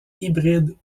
hybrides